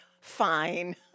Fine